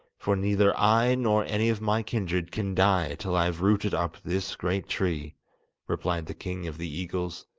for neither i nor any of my kindred can die till i have rooted up this great tree replied the king of the eagles.